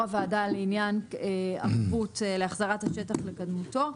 הוועדה לעניין ערבות להחזרת השטח לקדמותו,